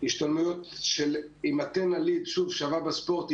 השתלמויות עם "אתנה - שווה בספורט",